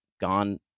gone